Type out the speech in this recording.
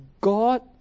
God